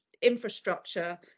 infrastructure